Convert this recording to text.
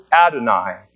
Adonai